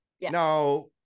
Now